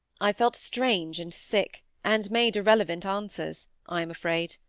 i felt strange and sick, and made irrelevant answers, i am afraid.